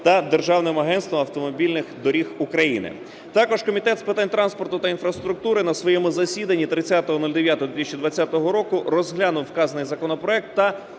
та Державним агентством автомобільних доріг України. Також Комітет з питань транспорту та інфраструктури на своєму засіданні 30.09.2020 року розглянув вказаний законопроект та